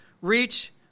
reach